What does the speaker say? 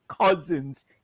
Cousins